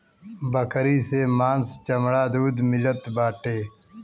बकरी से मांस चमड़ा दूध मिलत बाटे